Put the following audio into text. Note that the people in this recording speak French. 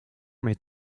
met